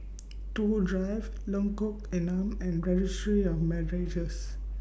Toh Drive Lengkok Enam and Registry of Marriages